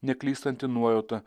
neklystanti nuojauta